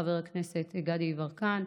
חבר הכנסת גדי יברקן,